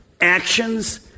actions